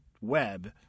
web